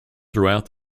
throughout